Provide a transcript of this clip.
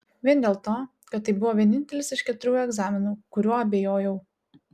vien dėl to kad tai buvo vienintelis iš keturių egzaminų kuriuo abejojau